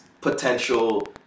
potential